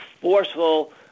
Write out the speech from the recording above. forceful